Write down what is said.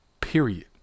Period